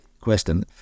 question